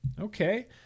okay